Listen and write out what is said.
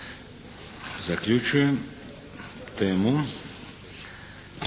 Zaključujem temu.